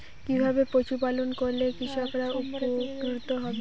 কিভাবে পশু পালন করলেই কৃষকরা উপকৃত হবে?